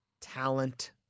talent